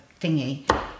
thingy